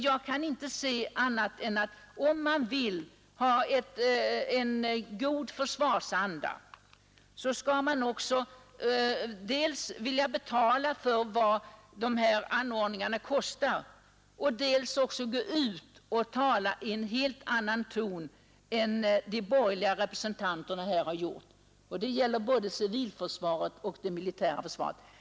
Jag kan inte se annat än att om man vill ha en god försvarsanda, så skall man också dels vilja betala för vad dessa anordningar kostar, dels gå ut och tala i en helt annan ton än de borgerliga representanterna här gjort. Det gäller både civilförsvaret och det militära försvaret.